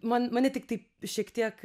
man mane tiktai šiek tiek